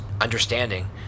understanding